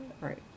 Right